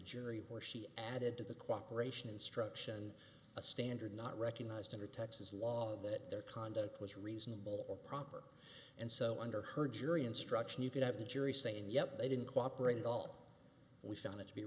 jury or she added to the cooperation instruction a standard not recognized under texas law that their conduct was reasonable proper and so under her jury instruction you could have the jury say and yet they didn't cooperate at all we found it to be